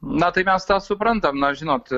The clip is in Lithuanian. na tai mes tą suprantam na žinot